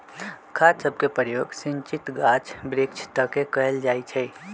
खाद सभके प्रयोग सिंचित गाछ वृक्ष तके कएल जाइ छइ